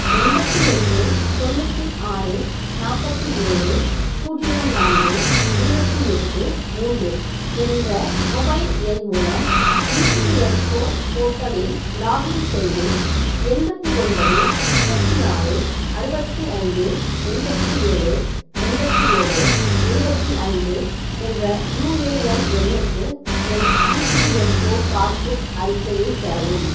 எண்பத்தி எட்டு தொண்ணூற்றி ஆறு நாற்பத்தி ஏழு பூஜ்ஜியம் நான்கு இருபத்தி எட்டு மூன்று என்ற மொபைல் எண் மூலம் இபிஎஃப்ஓ போர்ட்டலில் லாகின் செய்து எண்பத்தி ஒன்பது முப்பத்தி ஆறு அறுபத்தி ஐந்து எண்பத்து ஏழு எண்பத்தி ஏழு எழுபத்தி ஐந்து என்ற யுஏஎன் எண்ணுக்கு என் இபிஎஃப்ஓ பாஸ்புக் அறிக்கையை பெறவும்